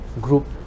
group